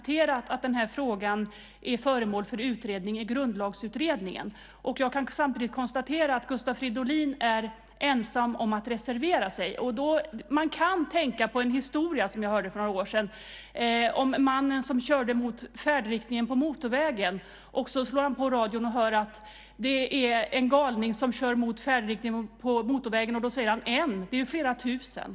Herr talman! Fortfarande: Det är inte hur man sätter i gång eller vilka procentsatser man har som är det avgörande, utan det avgörande är representativiteten. Vi är inte betjänta av folkomröstningar som är orepresentativa och kommer i konflikt med det parlamentariska systemet.